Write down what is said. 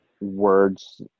words –